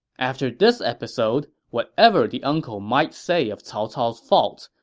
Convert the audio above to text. after this episode, whatever the uncle might say of cao cao's faults,